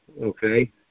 okay